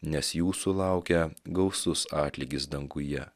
nes jūsų laukia gausus atlygis danguje